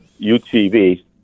UTV